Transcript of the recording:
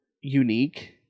unique